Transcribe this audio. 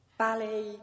Ballet